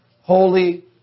Holy